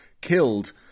killed